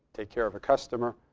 take care of a customer,